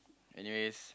anyways